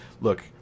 Look